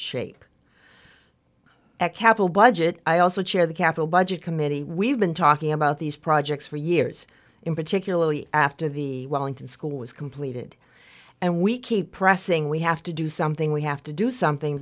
shape capital budget i also chair the capital budget committee we've been talking about these projects for years in particularly after the wellington school was completed and we keep pressing we have to do something we have to do something